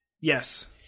Yes